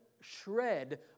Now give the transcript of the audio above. shred